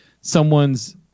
someone's